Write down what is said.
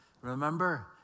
remember